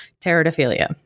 Teratophilia